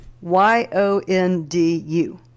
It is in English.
Y-O-N-D-U